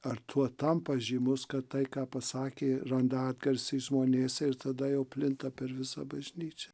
ar tuo tampa žymus kad tai ką pasakė randa atgarsį žmonėse ir tada jau plinta per visą bažnyčią